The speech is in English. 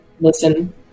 listen